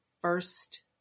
first